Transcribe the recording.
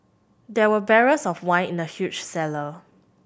there were barrels of wine in the huge cellar